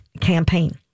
campaign